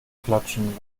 klatschen